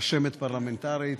רשמת פרלמנטרית,